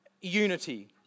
unity